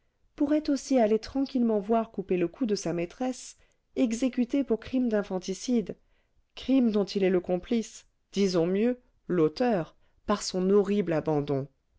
pourrait aussi aller tranquillement voir couper le cou de sa maîtresse exécutée pour crime d'infanticide crime dont il est le complice disons mieux l'auteur par son horrible abandon